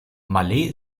malé